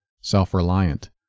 self-reliant